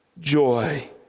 joy